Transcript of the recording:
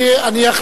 עוד שתי דקות.